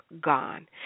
gone